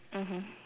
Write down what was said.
mmhmm